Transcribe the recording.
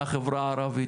מהחברה הערבית.